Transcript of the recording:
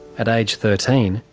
at age thirteen,